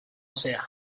sea